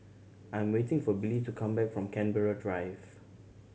I'm waiting for Billy to come back from Canberra Drive